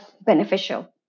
beneficial